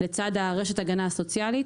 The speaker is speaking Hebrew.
וכל זאת לצד רשת ההגנה הסוציאלית.